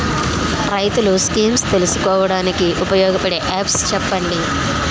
రైతులు స్కీమ్స్ తెలుసుకోవడానికి ఉపయోగపడే యాప్స్ చెప్పండి?